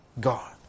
God